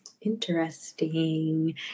Interesting